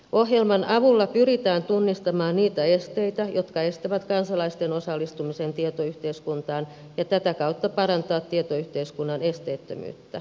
ohjelman avulla pyritään tunnistamaan niitä esteitä jotka estävät kansalaisten osallistumisen tietoyhteiskuntaan ja tätä kautta parantamaan tietoyhteiskunnan esteettömyyttä